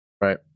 Right